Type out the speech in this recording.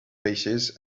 paces